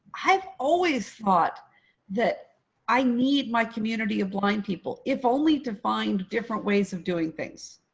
i've always thought that i need my community of blind people, if only to find different ways of doing things.